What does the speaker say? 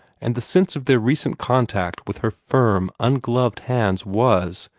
and the sense of their recent contact with her firm, ungloved hands was,